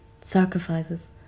sacrifices